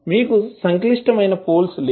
మీకు సంక్లిష్టమైన పోల్స్ లేవు